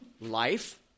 life